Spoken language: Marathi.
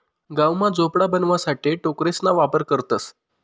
गाव मा झोपड्या बनवाणासाठे टोकरेसना वापर करतसं